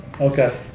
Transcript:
Okay